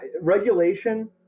regulation